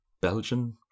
Belgian